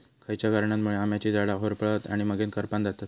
खयच्या कारणांमुळे आम्याची झाडा होरपळतत आणि मगेन करपान जातत?